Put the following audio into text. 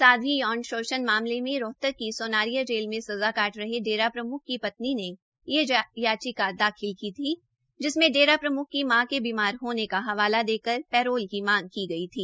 साधवी यौन शोषण मामले में रोहतक की सोनारिया जेल में सज़ा काट रहे डेरा प्रम्ख की पत्नी ने यह याचिका दाखिल की थी जिसमें डेरा प्रम्ख की मां के बीमार होने का हवाला देकर पैरोल मांगी गई थी